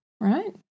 right